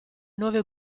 nuove